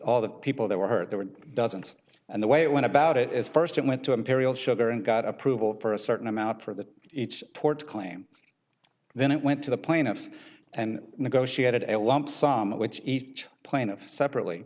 all the people that were hurt there were dozens and the way it went about it is first it went to imperial sugar and got approval for a certain amount for the each tort claim then it went to the plaintiffs and negotiated a lump sum which each plaintiff separately